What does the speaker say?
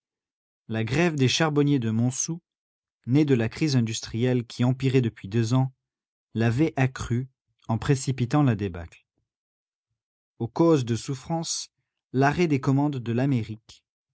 la grève des charbonniers de montsou née de la crise industrielle qui empirait depuis deux ans l'avait accrue en précipitant la débâcle aux causes de souffrance l'arrêt des commandes de l'amérique